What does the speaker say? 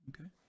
Okay